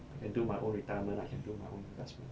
can do my own retirement I can do my own investment